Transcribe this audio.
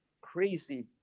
crazy